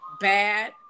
bad